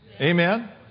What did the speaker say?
Amen